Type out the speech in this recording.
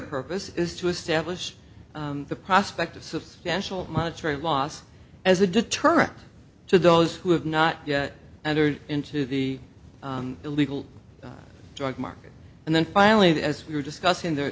purpose is to establish the prospect of substantial monetary loss as a deterrent to those who have not yet and are into the illegal drug market and then finally that as we were discussing the